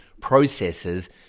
processes